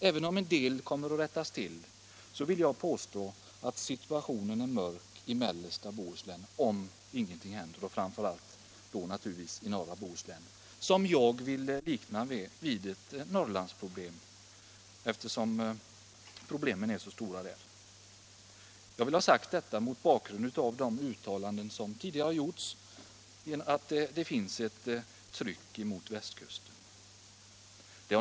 Även om en del kommer att rättas till vill jag ändå påstå att situationen i mellersta Bohuslän kommer att bli mörk, om ingenting händer. Detta gäller framför allt i norra Bohuslän. Där vill jag likna bekymren vid problemen i Norrland, som ju är stora. Jag vill ha sagt detta mot bakgrund av de uttalanden som gjorts om det tryck som finns mot västkusten.